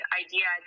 idea